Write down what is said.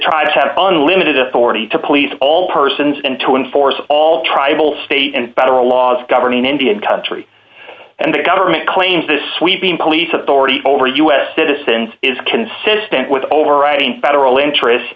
unlimited authority to police all persons and to enforce all tribal state and federal laws governing indian country and government claims this sweeping police authority over us citizens is consistent with overriding federal interest